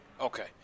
Okay